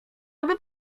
aby